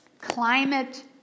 climate